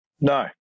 No